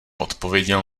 odpověděl